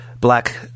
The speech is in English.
black